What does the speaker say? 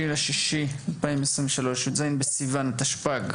6.6.23, י"ז בסיון התשפ"ג,